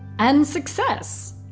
and success.